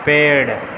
पेड़